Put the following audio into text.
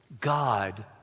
God